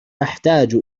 أحتاج